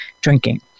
drinking